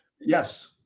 yes